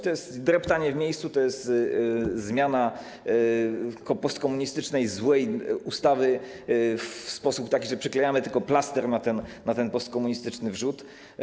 To jest dreptanie w miejscu, to jest zmiana postkomunistycznej, złej ustawy w sposób taki, że przyklejamy tylko plaster na ten postkomunistyczny wrzód.